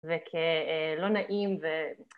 וכלא נעים ו...